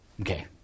Okay